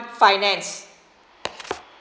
finance